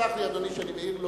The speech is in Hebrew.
יסלח לי אדוני שאני מעיר לו,